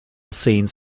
scenes